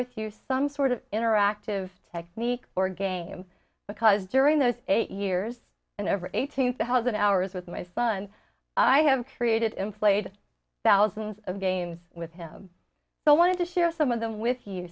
you some sort of interactive technique or game because during those eight years and over a two thousand hours with my son i have created him played thousands of games with him so wanted to share some of them with you